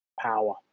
power